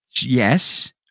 Yes